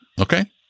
Okay